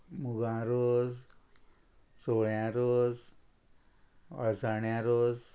मुगा रोस सोळ्या रोस अळसाण्या रोस